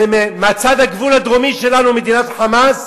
ומצד הגבול הדרומי שלנו מדינת "חמאס",